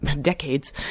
decades